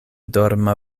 dorma